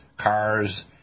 cars